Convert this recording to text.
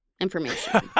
information